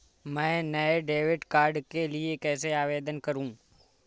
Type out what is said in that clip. मैं नए debit card के लिए कैसे आवेदन करूं?